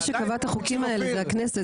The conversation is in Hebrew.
מי שקבע אתה החוקים האלה זה הכנסת בסוף.